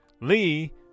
Lee